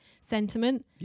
sentiment